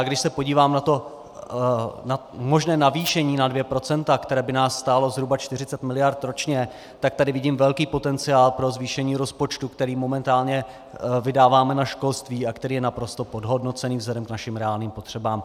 Když se podívám na možné navýšení na 2 %, které by nás stálo zhruba 40 mld. ročně, tak tady vidím velký potenciál pro zvýšení rozpočtu, který momentálně vydáváme na školství a který je naprosto podhodnocený vzhledem k našim reálným potřebám.